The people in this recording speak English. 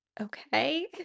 okay